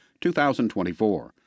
2024